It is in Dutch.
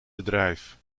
bedrijf